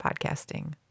podcasting